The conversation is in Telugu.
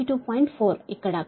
4 ఇక్కడ కూడా